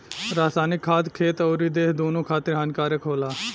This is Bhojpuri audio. रासायनिक खाद खेत अउरी देह दूनो खातिर हानिकारक होला